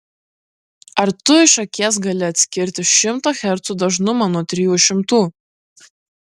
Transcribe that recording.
ar tu iš akies gali atskirti šimto hercų dažnumą nuo trijų šimtų